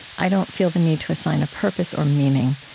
i don't feel the need to assign a purpose or meaning.